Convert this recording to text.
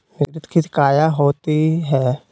मिसरीत खित काया होती है?